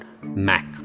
Mac